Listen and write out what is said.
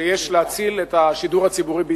שיש להציל את השידור הציבורי בישראל.